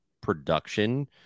production